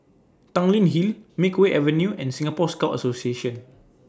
Tanglin Hill Makeway Avenue and Singapore Scout Association